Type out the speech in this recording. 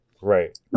right